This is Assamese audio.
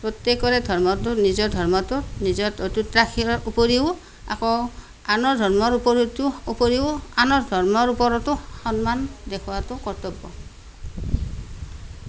প্ৰত্যেকৰে ধৰ্মটো নিজৰ ধৰ্মটো নিজত অটুত ৰাখিবৰ উপৰিও আকৌ আনৰ ধৰ্মৰ ওপৰতো উপৰিও আনৰ ধৰ্মৰ ওপৰতো সন্মান দেখুৱাতো কৰ্তব্য